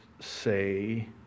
say